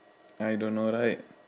I don't know right